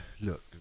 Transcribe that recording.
look